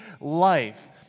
life